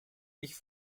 ich